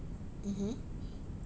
mmhmm